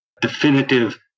definitive